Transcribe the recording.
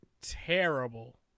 Terrible